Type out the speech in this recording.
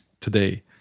today